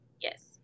Yes